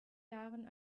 jahren